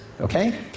okay